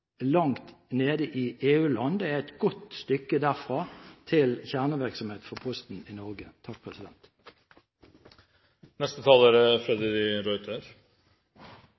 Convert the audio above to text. langt nede i EU-land. Det er et godt stykke derfra til kjernevirksomhet for Posten i Norge.